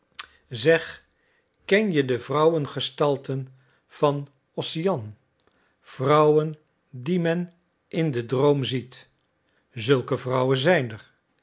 zeg ken je de vrouwengestalten van ossian vrouwen die men in den droom ziet zulke vrouwen zijn er